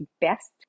best